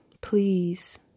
please